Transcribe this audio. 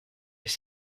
mais